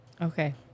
Okay